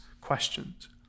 questions